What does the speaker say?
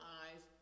eyes